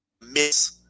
miss